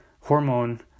hormone